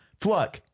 Fluck